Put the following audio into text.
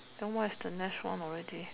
then what is the next one already